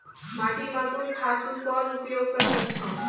माटी म कोन खातु कौन उपयोग कर सकथन?